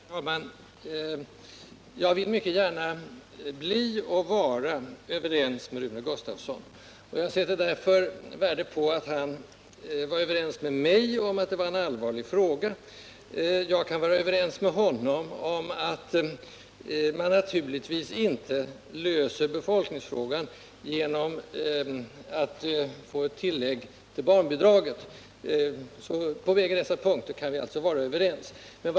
Herr talman! Jag vill mycket gärna bli och vara överens med Rune Gustavsson, och jag sätter därför värde på att han var ense med mig om att det gäller en allvarlig fråga. Jag kan även vara överens med honom om att man naturligtvis inte löser befolkningsfrågan genom att införa ett tillägg till barnbidragen. På bägge dessa punkter har vi alltså samma uppfattning.